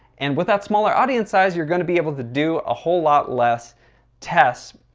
and with that smaller audience size, you're going to be able to do a whole lot less tests,